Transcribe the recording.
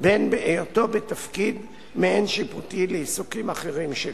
בין היותו בתפקיד מעין-שיפוטי לעיסוקים אחרים שלו.